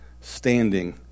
standing